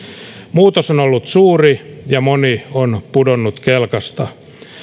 muutos on ollut suuri ja moni on pudonnut kelkasta